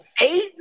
Eight